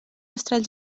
estralls